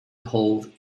haul